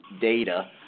data